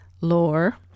Lore